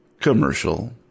commercial